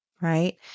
right